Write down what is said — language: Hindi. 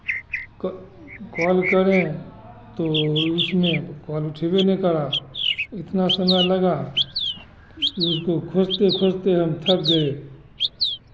कॉल करें तो उसने फोन उठेबे नहीं करा उतना समय लगा कि उसको खोजते खोजते हम थक गए